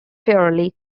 fairly